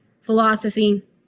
philosophy